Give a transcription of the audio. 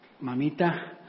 Mamita